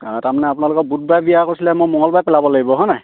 তাৰ মানে আপোনালোকৰ বুধবাৰে বিয়া কৈছিলে মই মঙ্গলবাৰে পেলাব লাগিব হয় নাই